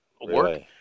work